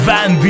Van